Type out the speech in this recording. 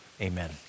Amen